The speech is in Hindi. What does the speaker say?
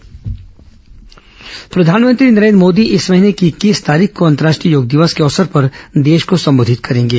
प्रधानमंत्री योग प्रधानमंत्री नरेन्द्र मोदी इस महीने की इक्कीस तारीख को अंतर्राष्ट्रीय योग दिवस के अवसर पर देश को संबोधित करेंगे